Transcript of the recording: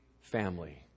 family